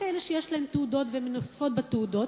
כאלה שיש להן תעודות והן מנופפות בתעודות,